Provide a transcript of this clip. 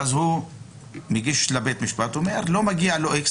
אז הוא מגיש לבית משפט ואומר שלא מגיע לו איקס